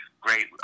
great